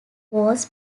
was